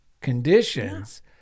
conditions